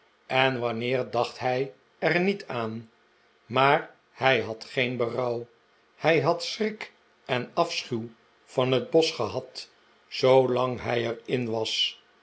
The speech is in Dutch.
en wanneer dacht hij er niet aan maar hij had geen berouw hij had schrik en afschuw van het bosch gehad zoolang hij er in was